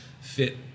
fit